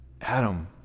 Adam